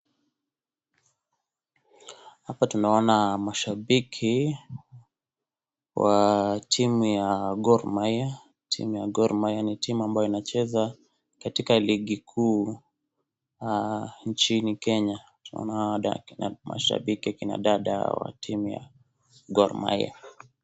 Hapa tunaona mashabiki, wa timu ya Gor Mahia. Timu ya Gor Mahia ni timu ambayo inacheza katika ligi kuu nchini Kenya. Tunaona mashabiki akina dada hawa wa timu ya Gor Mahia.